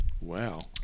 Wow